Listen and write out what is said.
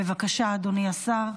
בבקשה, אדוני השר.